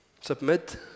submit